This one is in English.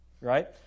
right